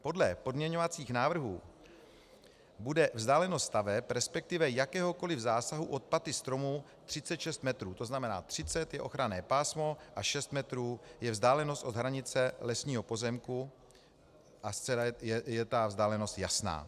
Podle pozměňovacích návrhů bude vzdálenost staveb, resp. jakéhokoli zásahu od paty stromů 36 metrů, tzn. 30 je ochranné pásmo a 6 metrů je vzdálenost od hranice lesního pozemku a zcela je ta vzdálenost jasná.